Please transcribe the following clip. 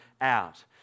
out